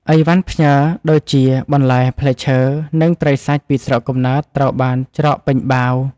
អីវ៉ាន់ផ្ញើដូចជា បន្លែ ផ្លែឈើ និងត្រីសាច់ពីស្រុកកំណើតត្រូវបានច្រកពេញបាវ។